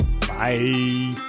Bye